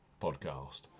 podcast